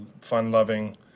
fun-loving